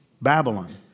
Babylon